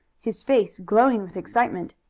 his face glowing with excitement.